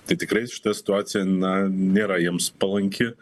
tai tikrai šita situacija na nėra jiems palanki